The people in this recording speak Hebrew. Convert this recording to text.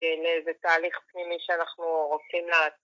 לאיזה תהליך פנימי שאנחנו רוצים ל...